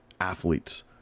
Athletes